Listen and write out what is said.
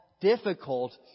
difficult